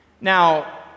Now